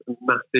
massive